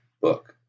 book